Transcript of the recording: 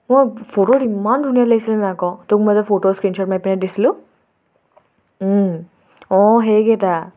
মই ফটোত ইমান ধুনীয়া লাগিছিলে আকৌ তোক মই যে ফটো স্ক্ৰীনশ্বট মাৰি পিনে দিছিলোঁ অঁ সেইকেইটা